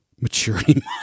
maturity